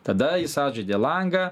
tada jis atžaidė langą